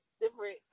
different